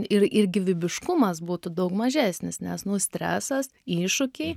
ir ir gyvybiškumas būtų daug mažesnis nes nu stresas iššūkiai